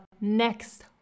next